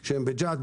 בג'ת,